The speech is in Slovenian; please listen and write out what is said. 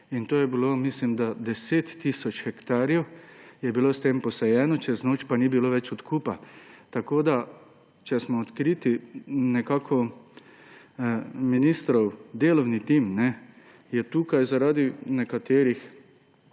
da je bilo 10 tisoč hektarjev s tem posajeno, čez noč pa ni bilo več odkupa.« Tako, če smo odkriti, nekako ministrov delovni tim je tukaj zaradi nekaterih